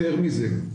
יותר מזה,